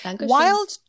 wild